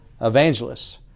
evangelists